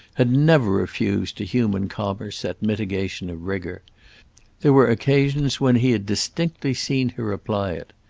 had never refused to human commerce that mitigation of rigour there were occasions when he had distinctly seen her apply it.